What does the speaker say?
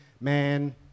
man